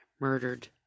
murdered